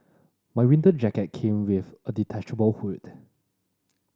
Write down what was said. my winter jacket came with a detachable hood